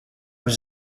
was